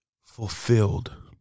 fulfilled